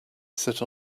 sit